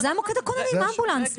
אוקיי, זה מוקד הכוננים, אמבולנס.